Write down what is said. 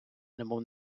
немов